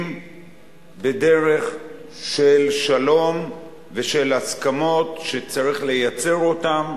בדרך של שלום ושל הסכמות שצריך לייצר אותן,